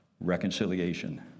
Reconciliation